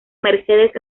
mercedes